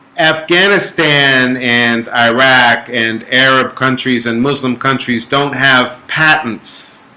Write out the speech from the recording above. afghanistan and iraq and arab countries and muslim countries don't have patents